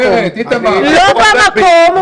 לא במקום.